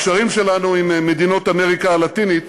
הקשרים שלנו עם מדינות אמריקה הלטינית